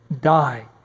die